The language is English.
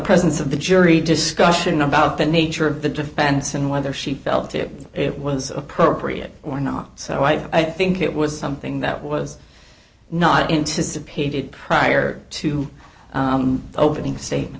presence of the jury discussion about the nature of the defense and whether she felt it it was appropriate or not so i think it was something that was not into subpoenaed prior to opening state